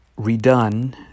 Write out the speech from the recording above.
redone